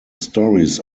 stories